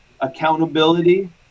accountability